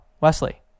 Wesley